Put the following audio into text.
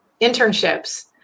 internships